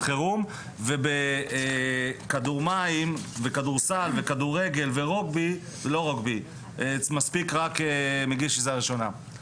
חירום ובכדור מים וכדורסל וכדורגל מספיק רק מגיש עזרה ראשונה.